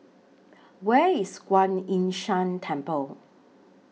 Where IS Kuan Yin San Temple